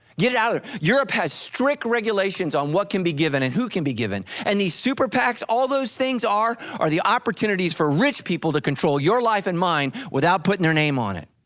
get it out. europe has strict regulations on what can be given and who can be given and the super pacs all those things are, are the opportunities for rich people to control your life and mine, without putting their name on it.